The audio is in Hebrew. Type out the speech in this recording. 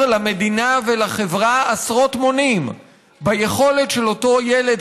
למדינה ולחברה עשרות מונים ביכולת של אותו ילד,